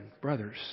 brothers